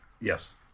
yes